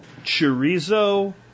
Chorizo